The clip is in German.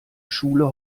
schule